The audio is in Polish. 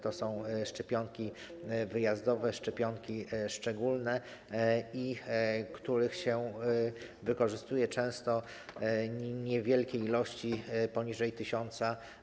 To są szczepionki wyjazdowe, szczepionki szczególne, których wykorzystuje się często niewielkie ilości - poniżej 1000.